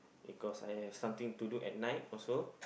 because I have something to do at night also